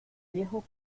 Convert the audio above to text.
viejo